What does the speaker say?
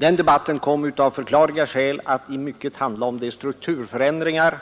Den debatten kom av förklarliga skäl att i mycket handla om de strukturförändringar